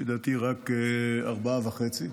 לדעתי רק ארבעה וחצי,